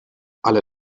alle